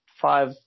five